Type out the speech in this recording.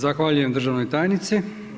Zahvaljujem državnoj tajnici.